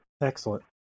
Excellent